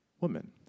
woman